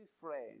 friend